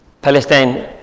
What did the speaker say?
Palestine